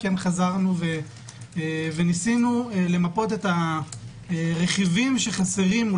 חזרנו וניסינו למפות את הרכיבים שחסרים,